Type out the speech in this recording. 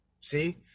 See